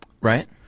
Right